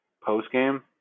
post-game